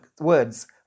words